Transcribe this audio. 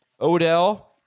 Odell